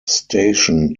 station